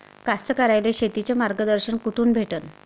कास्तकाराइले शेतीचं मार्गदर्शन कुठून भेटन?